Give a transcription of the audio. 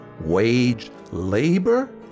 Wage-labor